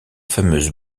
fameuse